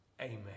Amen